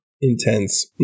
intense